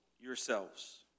yourselves